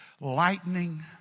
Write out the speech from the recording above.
lightning